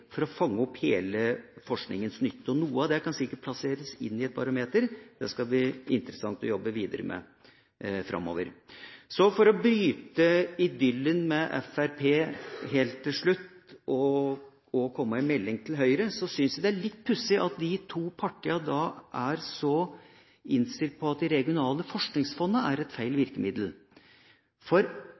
for å fange opp hele forskningens nytte. Noe av det kan sikkert plasseres inn i et barometer, det skal det bli interessant å jobbe videre med framover. For å bryte idyllen med Fremskrittspartiet helt til slutt og komme med en melding til Høyre: Jeg syns det er litt pussig at de to partiene er så innstilt på at de regionale forskningsfondene er et feil virkemiddel. For